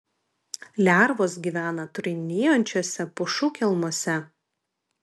lervos gyvena trūnijančiuose pušų kelmuose